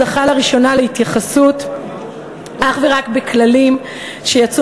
זכה לראשונה להתייחסות אך ורק בכללים שיצאו